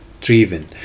driven